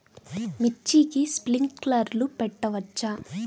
మిర్చికి స్ప్రింక్లర్లు పెట్టవచ్చా?